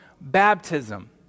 baptism